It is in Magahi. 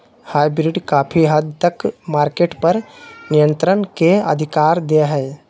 हाइब्रिड काफी हद तक मार्केट पर नियन्त्रण के अधिकार दे हय